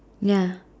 ya